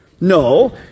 No